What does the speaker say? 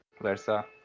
versa